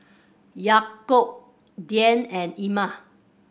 Yaakob Dian and Iman